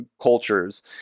cultures